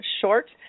short